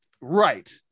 Right